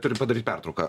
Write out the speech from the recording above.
turim padaryt pertrauką